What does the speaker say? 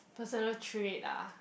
personal trait ah